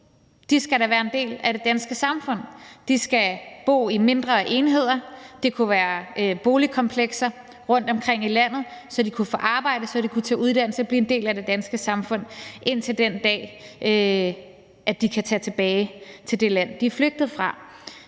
da skal være en del af det danske samfund. De skal bo i mindre enheder – det kunne være boligkomplekser – rundtomkring i landet, så de kunne få arbejde, så de kunne tage en uddannelse og blive en del af det danske samfund indtil den dag, de kan tage tilbage til det land, de er flygtet fra,